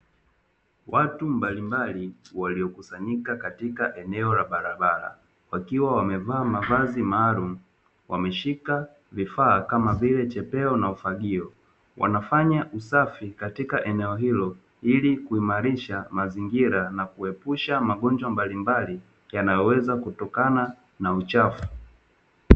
Watu mbalimbali waliokusanyika katika eneo la barabara, wakiwa wamevaa mavazi maalumu wameshika vifaa kama vile chepeo na ufagio wanafanya usafi katika eneo hilo ili kuimarisha mazingira na kuepusha magonjwa mbalimbali yanayoweza kutokana na uchafu.